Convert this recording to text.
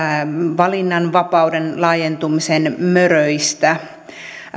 valinnanvapauden laajentumisen möröistä